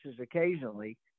occasionally